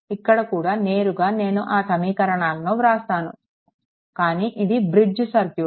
ఇక్కడ కూడా నేరుగా నేను ఆ సమీకరణాలను వ్రాస్తాను కానీ ఇది బ్రిడ్జ్ సర్క్యూట్